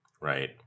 Right